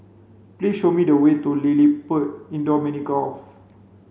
please show me the way to LilliPutt Indoor Mini Golf